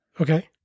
Okay